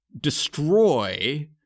destroy